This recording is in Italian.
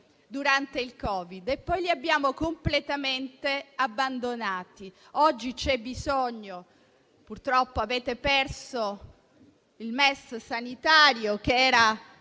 durante il Covid, e poi li abbiamo completamente abbandonati. Oggi, purtroppo avete perso il MES sanitario, un